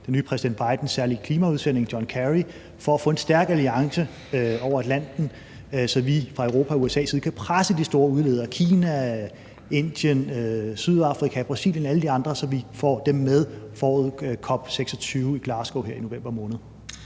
den nye præsident Bidens særlige klimaudsending John Kerry for at få en stærk alliance over Atlanten, så vi fra Europa og USA's side kan presse de store udledere, Kina, Indien, Sydafrika, Brasilien og alle de andre, så vi får dem med forud for COP26 i Glasgow her i november måned.